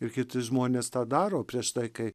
ir kiti žmonės tą daro prieš tai kai